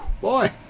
boy